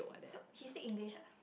so he speak English ah